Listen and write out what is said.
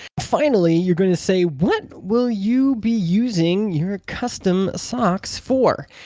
finally you're going to say what will you be using your custom socks for?